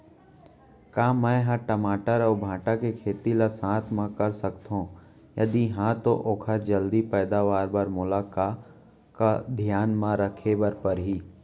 का मै ह टमाटर अऊ भांटा के खेती ला साथ मा कर सकथो, यदि कहाँ तो ओखर जलदी पैदावार बर मोला का का धियान मा रखे बर परही?